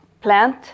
plant